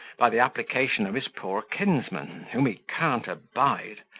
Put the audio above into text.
by the application of his poor kinsmen, whom he can't abide,